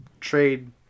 trade